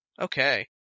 Okay